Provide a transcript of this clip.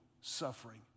suffering